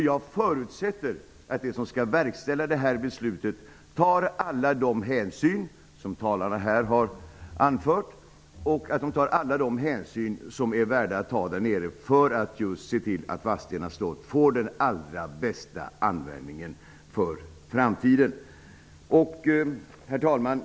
Jag förutsätter att de som skall verkställa beslutet tar alla de hänsyn som talarna har anfört för att se till att Vadstena används på bästa sätt i framtiden. Herr talman!